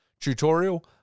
tutorial